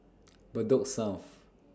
Bedok South